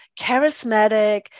charismatic